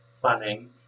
planning